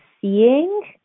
seeing